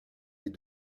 des